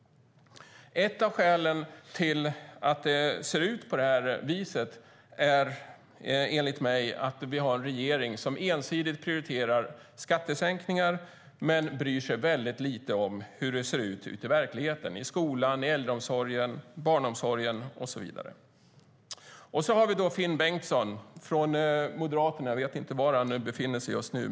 Ett av skälen till att det ser ut på det här viset är enligt mig att vi har en regering som ensidigt prioriterar skattesänkningar men bryr sig väldigt lite om hur det ser ut ute i verkligheten - i skolan, i äldreomsorgen, i barnomsorgen och så vidare. Och så har vi Finn Bengtsson från Moderaterna. Jag vet inte var han befinner sig just nu.